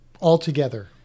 Altogether